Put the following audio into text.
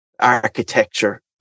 architecture